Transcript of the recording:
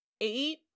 eight